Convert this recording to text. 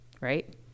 right